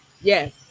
Yes